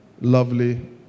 lovely